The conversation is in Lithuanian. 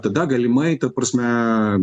tada galimai ta prasme